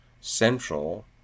central